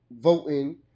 voting